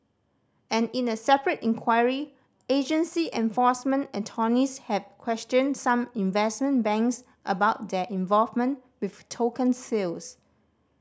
and in a separate inquiry agency enforcement attorneys have questioned some investment banks about their involvement with token sales